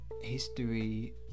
history